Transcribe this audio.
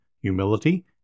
humility